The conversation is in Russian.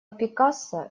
пикассо